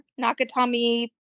Nakatomi